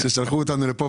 שלחו אותנו לכאן.